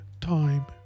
time